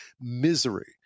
misery